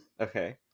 Okay